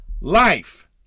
life